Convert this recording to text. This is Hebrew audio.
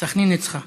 סח'נין ניצחה.